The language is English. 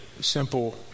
simple